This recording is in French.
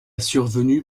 survenue